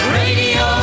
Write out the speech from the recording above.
radio